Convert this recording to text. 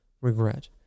regret